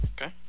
Okay